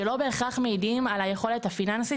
שלא בהכרח מעידים על היכולת הפיננסית